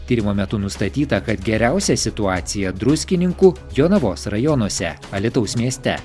tyrimo metu nustatyta kad geriausia situacija druskininkų jonavos rajonuose alytaus mieste